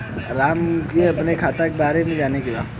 राम के अपने खाता के बारे मे जाने के बा?